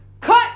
Cut